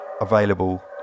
available